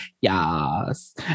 Yes